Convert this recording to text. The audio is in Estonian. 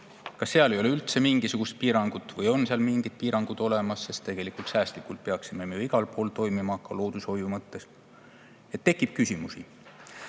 Kas seal ei ole üldse mingisugust piirangut või on seal mingid piirangud olemas? Sest tegelikult säästlikult peaksime me ju igal pool toimima, ka loodushoiu mõttes. Nii